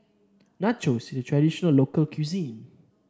nachos is traditional local cuisine